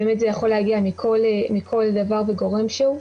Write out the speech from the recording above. זה יכול להגיע מכל דבר וגורם כלשהו.